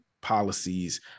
policies